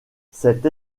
cette